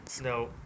No